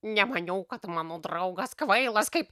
nemaniau kad mano draugas kvailas kaip